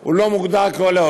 הוא לא מוגדר כעולה,